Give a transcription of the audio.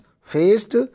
faced